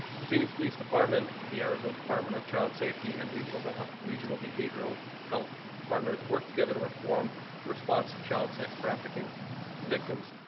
the phoenix police department, the arizona department of child safety, and regional but regional behavioral health partners worked together to reform the response of child sex trafficking victims.